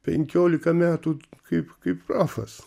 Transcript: penkiolika metų kaip kaip profas